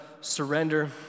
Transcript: surrender